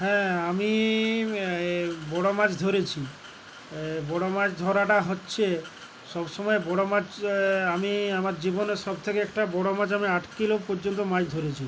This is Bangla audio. হ্যাঁ আমি বড়ো মাছ ধরেছি বড় মাছ ধরাটা হচ্ছে সব সময় বড়ো মাছ আমি আমার জীবনের সব থেকে একটা বড়ো মাছ আমি আট কিলো পর্যন্ত মাছ ধরেছি